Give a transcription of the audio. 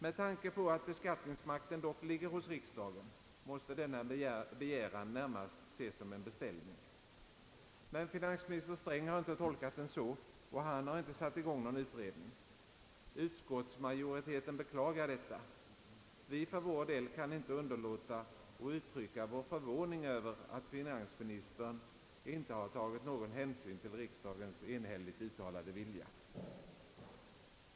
Med tanke på att beskattningsmakten dock ligger hos riksdagen måste denna begäran närmast anses som en beställning. Men finansminister Sträng har inte tolkat den så, och han har inte satt igång någon utredning. Utskottsmajoriteten beklagar detta. Vi för vår del kan inte underlåta att uttrycka vår förvåning över att finansministern inte har tagit någon hänsyn till riksdagens enhälligt uttalade vilja.